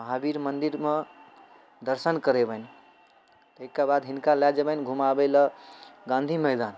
महावीर मन्दिरमे दर्शन करेबनि ताहिके बाद हिनका लऽ जेबनि घुमाबैलए गाँधी मैदान